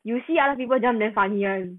you see other people jump damn funny [one]